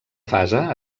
fase